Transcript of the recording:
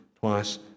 Twice